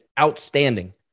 outstanding